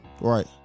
Right